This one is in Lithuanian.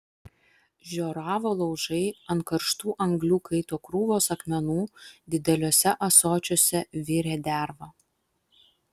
žioravo laužai ant karštų anglių kaito krūvos akmenų dideliuose ąsočiuose virė derva